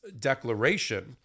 declaration